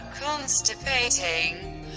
constipating